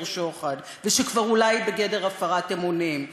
שוחד ושכבר אולי היא בגדר הפרת אמונים,